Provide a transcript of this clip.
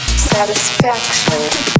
satisfaction